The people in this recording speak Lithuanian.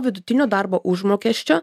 vidutinio darbo užmokesčio